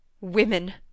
Women